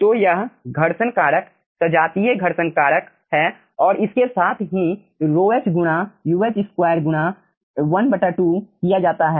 तो यह घर्षण कारक सजातीय घर्षण कारक है और इसके साथ ही ρh गुणा Uh2 गुणा 12 किया जाता है